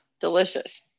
delicious